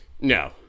No